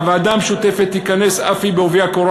הוועדה המשותפת תיכנס אף היא בעובי הקורה